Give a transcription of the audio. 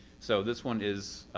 so this one is.